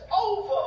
over